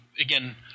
Again